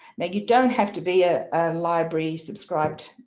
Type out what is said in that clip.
now you don't have to be a library subscribed,